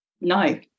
No